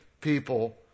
people